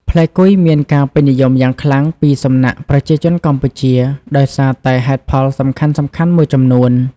ផ្លែគុយមានការពេញនិយមយ៉ាងខ្លាំងពីសំណាក់ប្រជាជនកម្ពុជាដោយសារតែហេតុផលសំខាន់ៗមួយចំនួន។